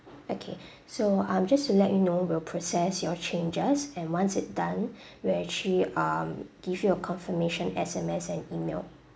okay so um just to let you know we'll process your changes and once it done we'll actually um give you a confirmation S_M_S and email